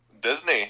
Disney